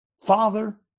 father